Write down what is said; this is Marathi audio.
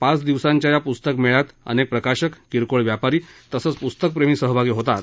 पाच दिवसांच्या या पुस्तक मेळ्यात अनेक प्रकाशक किरकोळ व्यापारी तसंच पुस्तकप्रेमी सहभागी होतात